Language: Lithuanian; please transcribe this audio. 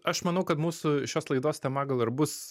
aš manau kad mūsų šios laidos tema gal ir bus